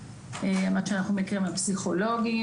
עד שאנחנו מכירים בסטודנטים לפסיכולוגיה